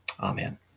Amen